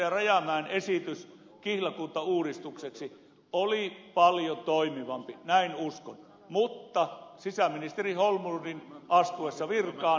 rajamäen esitys kihlakuntauudistukseksi oli paljon toimivampi näin uskon mutta sisäministeri holmlundin astuessa virkaan se vesitettiin